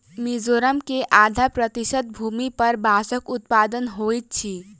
मिजोरम के आधा प्रतिशत भूमि पर बांसक उत्पादन होइत अछि